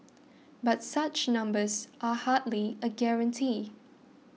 but such numbers are hardly a guarantee